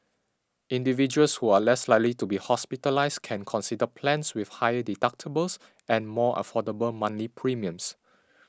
individuals who are less likely to be hospitalised can consider plans with higher deductibles than more affordable monthly premiums